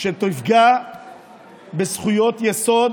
שתפגע בזכויות יסוד